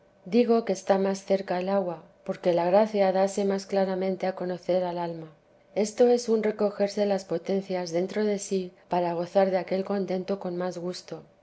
digo que está más cerca el agua porque la gracia dase más claramente a conocer al alma esto es un recogerse las potencias dentro de sí para gozar de aquel contento con más gusto